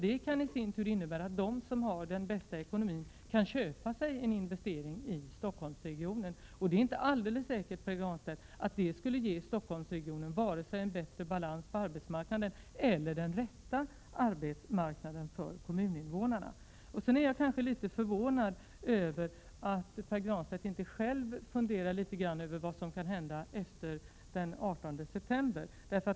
Det kan i sin tur innebära att de som har den bästa ekonomin kan köpa sig en investering i Stockholmsregionen. Det är inte alldeles säkert, Pär Granstedt, att det skulle ge Stockholmsregionen vare sig en bättre balans på arbetsmarknaden eller den rätta arbetsmarknaden för kommuninvånarna. Sedan är jag kanske litet förvånad över att Pär Granstedt inte själv funderat litet grand över vad som kan hända efter den 18 september.